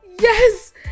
Yes